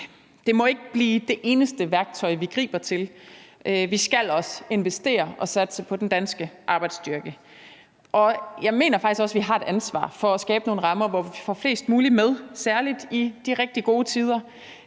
det må ikke blive det eneste værktøj, vi griber til. Vi skal også investere i og satse på den danske arbejdsstyrke. Jeg mener faktisk også, vi har et ansvar for at skabe nogle rammer, hvor vi får flest mulige med, særlig i de rigtig gode tider.